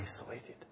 isolated